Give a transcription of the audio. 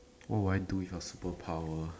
what would I do with your superpower